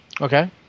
Okay